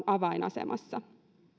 avainasemassa